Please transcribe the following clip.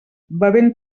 bevent